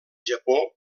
japó